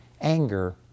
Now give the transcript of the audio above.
anger